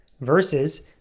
versus